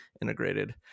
integrated